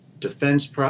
defense